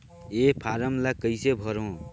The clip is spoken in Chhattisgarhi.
ये फारम ला कइसे भरो?